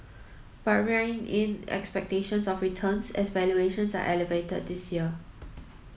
but rein in expectations of returns as valuations are elevated this year